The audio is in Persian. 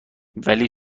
ولی